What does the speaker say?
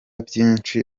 byinshi